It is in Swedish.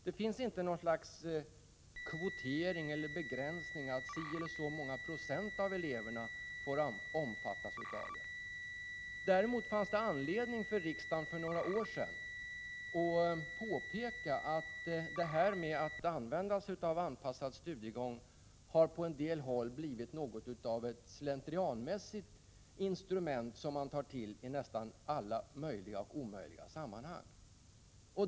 Det finns inte något slags kvotering eller begränsning som innebär att si eller så många procent av eleverna får omfattas av anpassad studiegång. Däremot fanns det anledning för riksdagen för några år sedan att påpeka att anpassad studiegång på en del håll blivit något av ett slentrianmässigt instrument som tas till i nästan alla möjliga och omöjliga sammanhang.